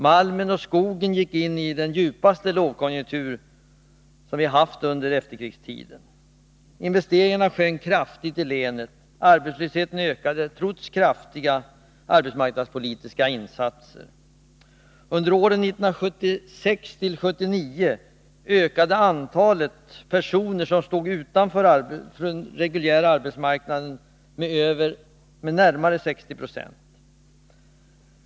Malmen och skogen gick in i den djupaste lågkonjunktur som vi haft under efterkrigstiden. Investeringarna sjönk kraftigt i länet. Arbetslösheten ökade trots kraftiga arbetsmarknadspolitiska insatser. Under åren 1976-1979 ökade antalet personer som stod utanför den reguljära arbetsmarknaden med närmare 60 20.